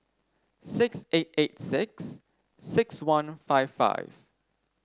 six eight eight six six one five five